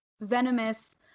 venomous